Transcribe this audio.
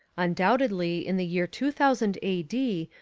undoubtedly in the year two thousand a d,